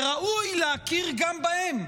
וראוי להכיר גם בהם.